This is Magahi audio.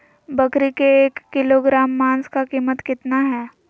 बकरी के एक किलोग्राम मांस का कीमत कितना है?